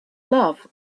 love